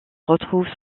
retrouve